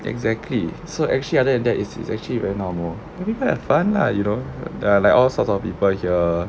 exactly so actually other than that it's is actually very normal people have fun lah you know like all sorts of people here